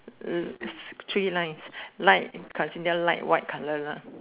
three lines light consider light white colour lah